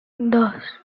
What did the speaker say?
dos